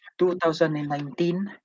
2019